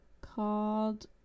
called